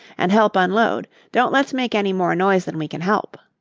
and help unload. don't let's make any more noise than we can help.